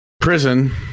prison